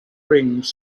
rings